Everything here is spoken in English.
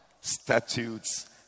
statutes